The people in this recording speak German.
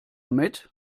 mit